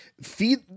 feed